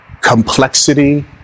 complexity